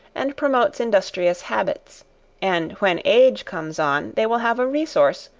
and promotes industrious habits and when age comes on, they will have a resource,